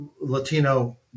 Latino